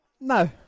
No